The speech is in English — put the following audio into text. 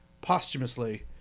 posthumously